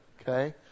okay